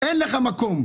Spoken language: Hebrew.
אין לך מקום.